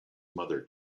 mother